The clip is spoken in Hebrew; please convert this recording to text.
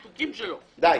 די.